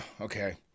okay